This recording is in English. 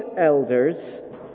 elders